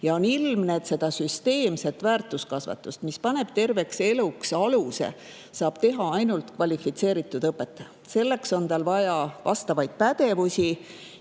Ja on ilmne, et seda süsteemset väärtuskasvatust, mis paneb terveks eluks aluse, saab teha ainult kvalifitseeritud õpetaja. Selleks on tal vaja vastavaid pädevusi.